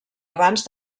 abans